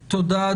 תודה,